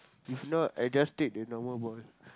if not I just take the normal ball